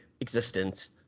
existence